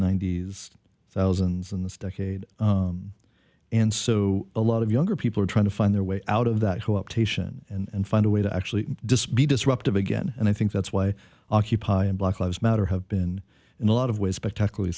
ninety's thousands in this decade and so a lot of younger people are trying to find their way out of that who up patient and find a way to actually dispy disruptive again and i think that's why occupy in black lives matter have been in a lot of ways spectacularly